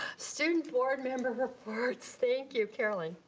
student board member reports, thank you caroline.